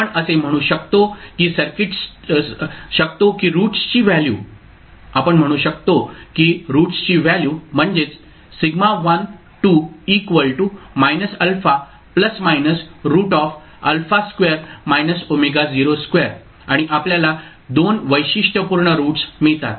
आपण असे म्हणू शकतो की रूट्सची व्हॅल्यू म्हणजेच आणि आपल्याला 2 वैशिष्ट्यपूर्ण रूट्स मिळतात